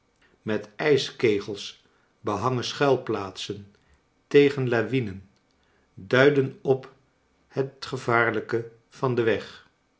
met ijskegels hehangen schuilplaatsen tegen lawinen duidden op het gevaarlijke van den weg